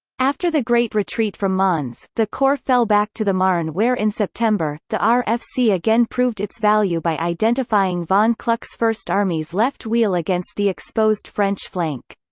after the great retreat from mons, the corps fell back to the marne where in september, the ah rfc again proved its value by identifying von kluck's first army's left wheel against the exposed french flank.